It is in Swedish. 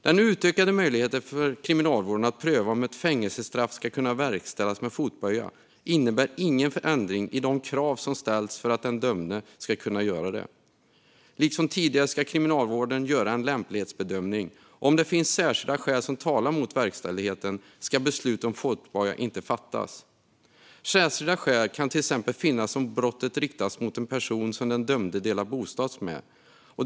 Den utökade möjligheten för Kriminalvården att pröva om ett fängelsestraff ska kunna verkställas med fotboja innebär ingen ändring av de krav som ställs för att den dömde ska få göra det. Liksom tidigare ska Kriminalvården göra en lämplighetsbedömning. Om det finns särskilda skäl som talar mot verkställigheten ska beslut om fotboja inte fattas. Särskilda skäl kan till exempel finnas om brottet riktats mot en person som den dömde delar bostad med.